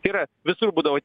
tai yra visur būdavo